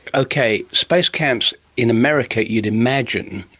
okay, space camps in america you'd imagine.